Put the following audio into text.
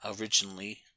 originally